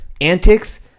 antics